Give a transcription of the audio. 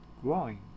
growing